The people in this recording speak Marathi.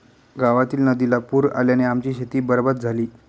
गावातील नदीला पूर आल्याने आमची शेती बरबाद झाली